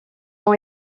ont